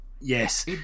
yes